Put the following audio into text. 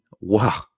Wow